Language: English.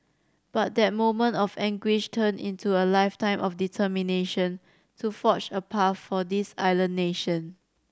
but that moment of anguish turned into a lifetime of determination to forge a path for this island nation